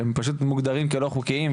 שהם פשוט מוגדרים לא חוקיים,